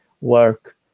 work